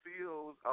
feels